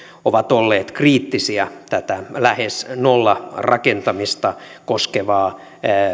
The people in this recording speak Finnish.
ovat olleet kriittisiä tätä lähes nollarakentamista koskevaa